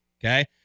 okay